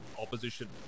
opposition